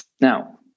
Now